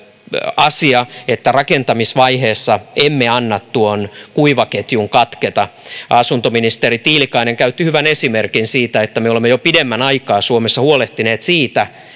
asia että rakentamisvaiheessa emme anna tuon kuivaketjun katketa asuntoministeri tiilikainen käytti hyvän esimerkin siitä että me olemme jo pidemmän aikaa suomessa huolehtineet siitä